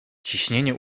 ciśnienie